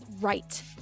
right